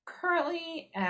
currently